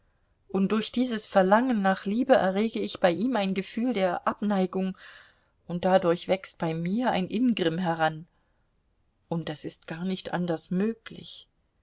und durch dieses verlangen nach liebe errege ich bei ihm ein gefühl der abneigung und dadurch wächst bei mir ein ingrimm heran und das ist gar nicht anders möglich